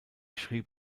schrieb